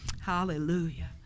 Hallelujah